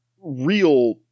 real